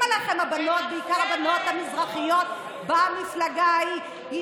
על כבודו של יושב-ראש הישיבה הזאת.